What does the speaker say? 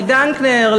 נוחי דנקנר,